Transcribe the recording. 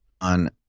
on